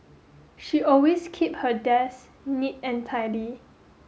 she always keep her desk neat and tidy